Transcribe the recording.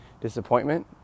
disappointment